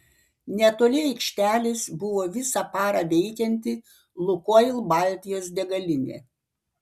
netoli aikštelės buvo visą parą veikianti lukoil baltijos degalinė